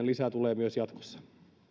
lisää tulee myös jatkossa